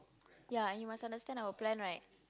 ya and you must understand our plan right